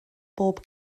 bob